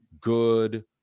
Good